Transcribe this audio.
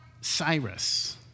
Cyrus